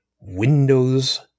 Windows